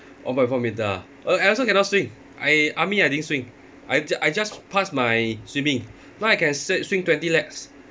one point four metre ah oh I also cannot swim I army I didn't swim I ju~ I just pass my swimming now I can s~ swim twenty laps